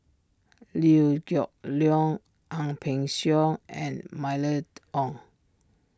Liew Geok Leong Ang Peng Siong and Mylene Ong